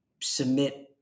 submit